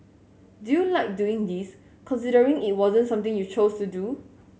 do you like doing this considering it wasn't something you chose to do